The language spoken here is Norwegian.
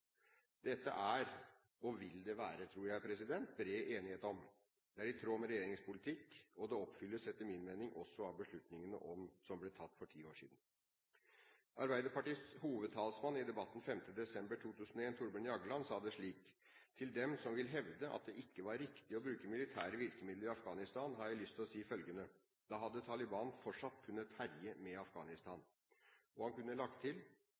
Dette tror jeg det er, og vil være, bred enighet om, det er i tråd med regjeringens politikk og oppfylles, etter min mening, også av beslutningen som ble tatt for ti år siden. Arbeiderpartiets hovedtalsmann i debatten 5. desember 2001, Thorbjørn Jagland, sa det slik: «Til dem som har hevdet at det ikke var riktig å bruke militære virkemidler i Afghanistan, har jeg lyst til å si følgende: Da hadde Taliban fortsatt med å herje i Afghanistan». Og han kunne ha lagt til: